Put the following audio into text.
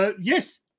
Yes